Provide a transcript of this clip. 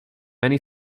many